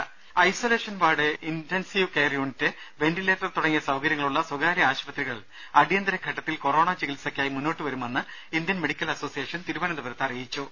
ദേഴ isolation ward intensive care unit ventilator തുടങ്ങിയ സൌകര്യങ്ങളുള്ള സ്വകാര്യ ആശുപത്രികൾ അടിയന്തര ഘട്ടത്തിൽ കൊറോണ ചികിത്സയ്ക്കായി മുന്നോട്ട് വരുമെന്ന് ഇന്ത്യൻ മെഡിക്കൽ അസോസിയേഷൻ തിരുവനന്തപുരത്ത് അറിയിച്ചു